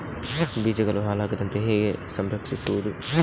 ಬೀಜಗಳು ಹಾಳಾಗದಂತೆ ಹೇಗೆ ಸಂರಕ್ಷಿಸಬಹುದು?